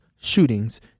shootings